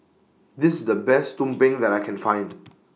This IS The Best Tumpeng that I Can Find